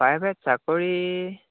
private চাকৰি